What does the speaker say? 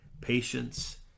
patience